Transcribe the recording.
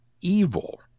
evil